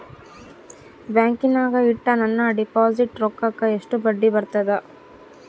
ಬ್ಯಾಂಕಿನಾಗ ಇಟ್ಟ ನನ್ನ ಡಿಪಾಸಿಟ್ ರೊಕ್ಕಕ್ಕ ಎಷ್ಟು ಬಡ್ಡಿ ಬರ್ತದ?